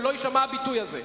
ולא יישמע הביטוי הזה.